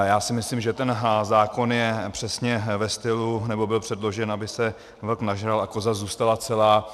Já si myslím, že ten zákon je přesně ve stylu, nebo byl předložen, aby se vlk nažral a koza zůstala celá.